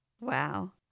Wow